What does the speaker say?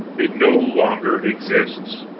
it no longer exists.